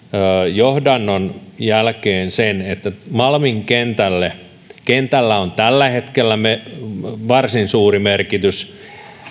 johdannon jälkeen sen että malmin kentällä on tällä hetkellä varsin suuri merkitys